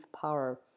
power